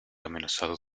amenazado